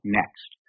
next